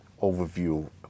overview